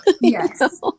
yes